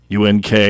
UNK